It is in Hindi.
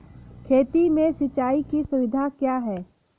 खेती में सिंचाई की सुविधा क्या है?